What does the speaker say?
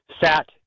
sat